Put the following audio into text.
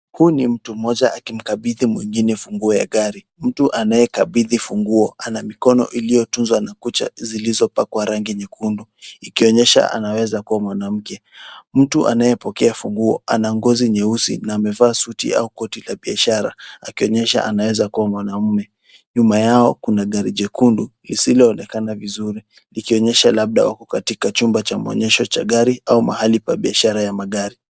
Huyu mtu mmoja akimkabidhi mwengine funguo ya gari. Mtu anayekabidhi funguo ana mkono iliyotunzwa na makucha yaliyopakwa rangi nyekundu , ikionyesha anaeza kuwa mwanamke. Mtu anayepokea funguo ana ngozi nyeusi na amevaa suti au kotoli la biashara anaonyesha anaeza kuwa mwanaume. Nyuma yao kuna gari jekundu lisiloonekana vizuri kuonyesha kuwa labda wako kwenye chumba cha maonyesho ya magari au mahali pa biashara ya magari.